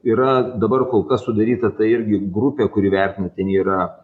yra dabar kol kas sudaryta tai irgi grupė kuri vertina ten yra